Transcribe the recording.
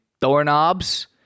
doorknobs